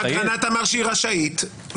אגרנט אמר שהיא רשאית,